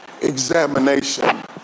examination